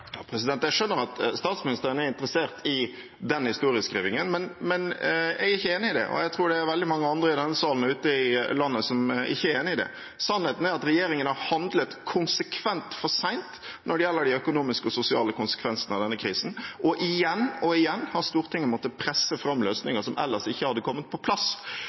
Jeg skjønner at statsministeren er interessert i den historieskrivingen, men jeg er ikke enig i det, og jeg tror det er veldig mange andre i denne salen og ute i landet som ikke er enig i det. Sannheten er at regjeringen har handlet konsekvent for sent når det gjelder de økonomiske og sosiale konsekvensene av denne krisen. Igjen og igjen har Stortinget måttet presse fram løsninger som ellers ikke hadde kommet på plass.